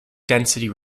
density